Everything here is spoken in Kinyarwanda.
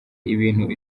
ibintu